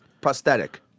prosthetic